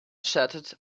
shirted